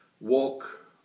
walk